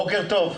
בוקר טוב.